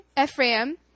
Ephraim